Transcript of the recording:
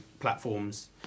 platforms